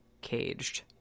caged